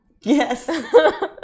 Yes